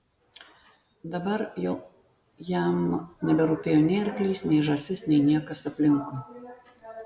dabar jau jam neberūpėjo nei arklys nei žąsis nei niekas aplinkui